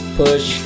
push